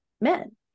men